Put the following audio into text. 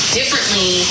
differently